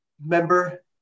Member